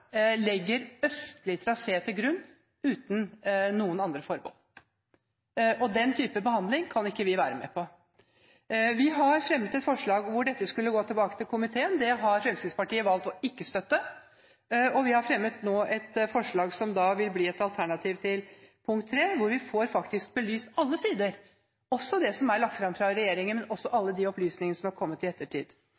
legger østlig trasé til grunn uten noen forbehold, og den type behandling kan ikke vi være med på. Vi har fremmet et forslag om at saken skal gå tilbake til komiteen. Det har Fremskrittspartiet valgt ikke å støtte. Vi har nå fremmet et forslag – som vil bli et alternativ til punkt 3 – der vi faktisk får belyst alle sider, også det som er lagt fram fra regjeringen, og også